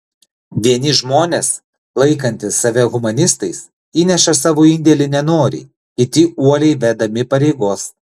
vieni žmonės laikantys save humanistais įneša savo indėlį nenoriai kiti uoliai vedami pareigos